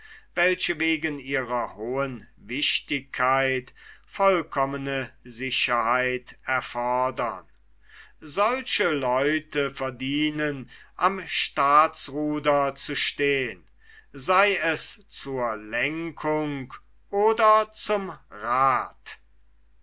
welche wegen ihrer hohen wichtigkeit vollkommne sicherheit erfordern solche leute verdienen am staatsruder zu stehn sei es zur lenkung oder zum rath